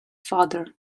father